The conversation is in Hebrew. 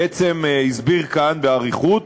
בעצם הסביר כאן באריכות,